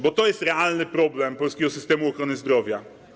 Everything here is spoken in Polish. Bo to jest realny problem polskiego systemu ochrony zdrowia.